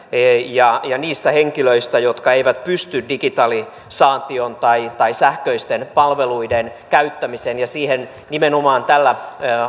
ja ja niistä henkilöistä jotka eivät pysty digitalisaatioon tai tai sähköisten palveluiden käyttämiseen ja nimenomaan siihen tällä